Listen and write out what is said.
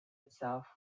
itself